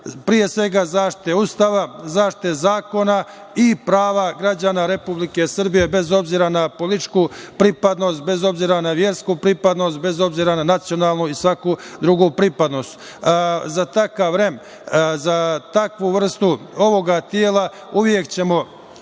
pre svega zaštite Ustava, zaštite zakona i prava građana Republike Srbije, bez obzira na političku pripadnost, bez obzira na versku pripadnost, bez obzira na nacionalnu i svaku drugu pripadnost.Za takav REM, za takvu vrstu ovog tela uvek ćemo